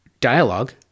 dialogue